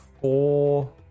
four